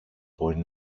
μπορεί